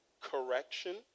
correction